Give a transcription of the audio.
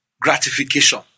gratification